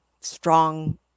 strong